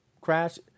crash